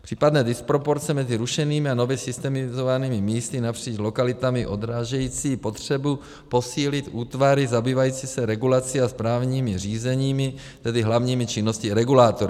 Případné disproporce mezi rušenými a nově systemizovanými místy napříč lokalitami odrážejí potřebu posílit útvary zabývající se regulací a správními řízeními, tedy hlavními činnostmi regulátora.